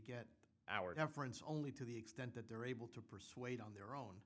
get our deference only to the extent that they're able to persuade on their own